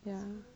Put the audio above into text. ya